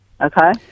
Okay